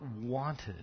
wanted